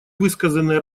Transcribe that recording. высказанные